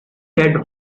dead